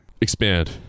Expand